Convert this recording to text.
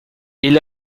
ele